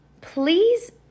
please